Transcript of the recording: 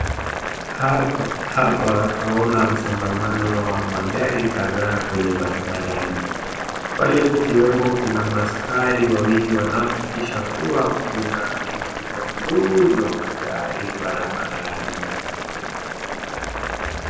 Hapa twaona msongamano wa magari kadhaa kwenye barabarani, pale kukiwemo kuna maaskari wawili wanaohakikisha kuwa kuna mtiririko mzuri wa magari barabarani.